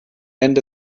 end